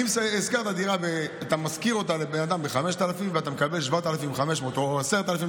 אם אתה משכיר אותה לבן אדם ב-5,000 ואתה מקבל 7,500 או 10,000,